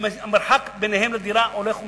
והמרחק ביניהם לדירה הולך ומתרחק.